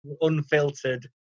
Unfiltered